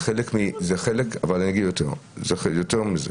יותר מזה,